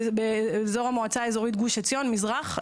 באזור המועצה האזורית גוש עציון מזרח,